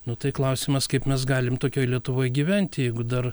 nu tai klausimas kaip mes galim tokioj lietuvoj gyvent jeigu dar